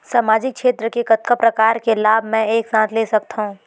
सामाजिक क्षेत्र के कतका प्रकार के लाभ मै एक साथ ले सकथव?